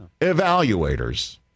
evaluators